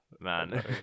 Man